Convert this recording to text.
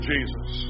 Jesus